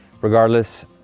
Regardless